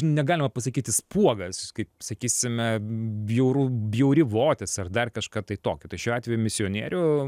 negalima pasakyti spuogas kaip sakysime bjauru bjauri votis ar dar kažką tai tokio tai šiuo atveju misionierių